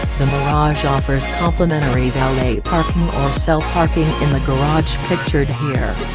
the mirage offers complimentary valet parking or self-parking in the garage pictured here.